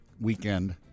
weekend